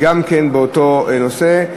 גם כן באותו נושא,